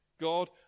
God